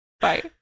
Bye